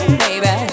baby